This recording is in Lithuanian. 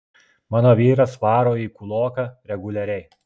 mano vyras varo į kūloką reguliariai